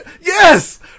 yes